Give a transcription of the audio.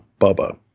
Bubba